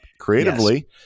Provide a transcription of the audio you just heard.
Creatively